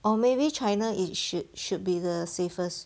or maybe china it should should be the safest